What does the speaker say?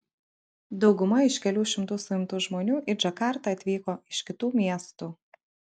dauguma iš kelių šimtų suimtų žmonių į džakartą atvyko iš kitų miestų